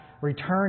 return